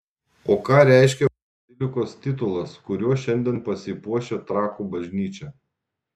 o ką reiškia bazilikos titulas kuriuo šiandien pasipuošia trakų bažnyčia